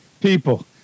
people